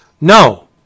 No